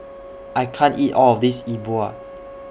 I can't eat All of This E Bua